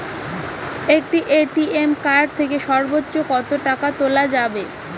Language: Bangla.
একটি এ.টি.এম কার্ড থেকে সর্বোচ্চ কত টাকা তোলা যাবে?